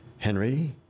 Henry